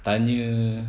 tanya